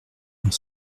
dans